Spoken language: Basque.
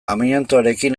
amiantoarekin